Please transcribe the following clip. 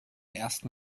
ersten